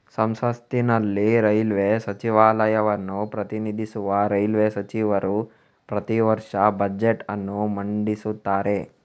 ಸಂಸತ್ತಿನಲ್ಲಿ ರೈಲ್ವೇ ಸಚಿವಾಲಯವನ್ನು ಪ್ರತಿನಿಧಿಸುವ ರೈಲ್ವೇ ಸಚಿವರು ಪ್ರತಿ ವರ್ಷ ಬಜೆಟ್ ಅನ್ನು ಮಂಡಿಸುತ್ತಾರೆ